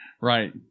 Right